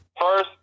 First